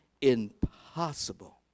impossible